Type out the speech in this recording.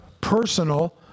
personal